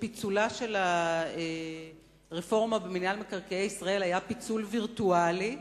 שפיצולה של הרפורמה במינהל מקרקעי ישראל היה פיצול וירטואלי,